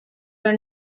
are